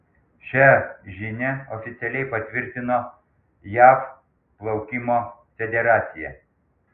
šią žinią oficialiai patvirtino jav plaukimo federacija